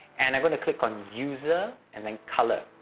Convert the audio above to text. and i'm going to click on user, and then color.